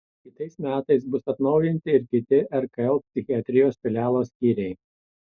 kitais metais bus atnaujinti ir kiti rkl psichiatrijos filialo skyriai